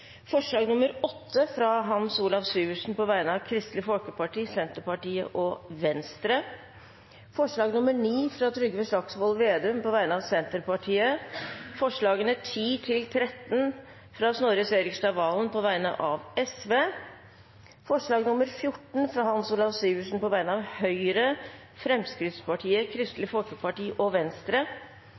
Hans Olav Syversen på vegne av Kristelig Folkeparti, Senterpartiet og Venstre forslag nr. 9, fra Trygve Slagsvold Vedum på vegne av Senterpartiet forslagene nr. 10–13, fra Snorre Serigstad Valen på vegne Sosialistisk Venstreparti forslag nr. 14, fra Hans Olav Syversen på vegne av Høyre, Fremskrittspartiet, Kristelig Folkeparti og Venstre